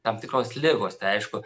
tam tikros ligos tai aišku